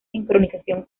sincronización